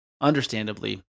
understandably